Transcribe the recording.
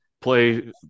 play